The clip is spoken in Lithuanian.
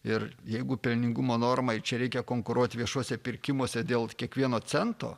ir jeigu pelningumo normai čia reikia konkuruoti viešuosiuose pirkimuose dėl kiekvieno cento